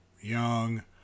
young